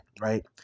right